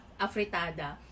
afritada